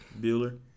Bueller